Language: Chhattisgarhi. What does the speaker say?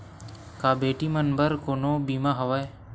का बेटी मन बर कोनो बीमा हवय?